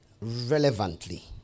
relevantly